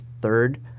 third